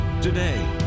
today